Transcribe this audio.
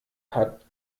hat